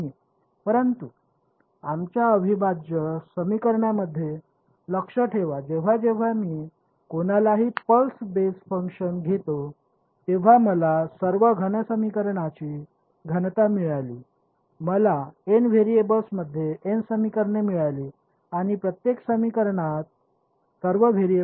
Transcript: परंतु आमच्या अविभाज्य समीकरणामध्ये लक्षात ठेवा जेव्हा जेव्हा मी कोणालाही पल्स बेस फंक्शन घेतो तेव्हा मला सर्व घन समीकरणांची घनता मिळाली मला एन व्हेरिएबल्स मध्ये एन समीकरणे मिळाली आणि प्रत्येक समीकरणात सर्व व्हेरिएबल्स होते